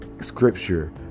scripture